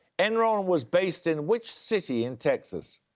enron was based in which city in texas?